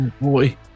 Boy